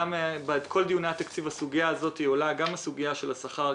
בכל דיוני התקציב עולה גם הסוגיה של השכר,